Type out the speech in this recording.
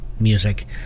music